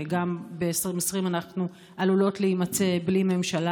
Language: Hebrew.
וגם ב-2020 אנחנו עלולות להימצא בלי ממשלה,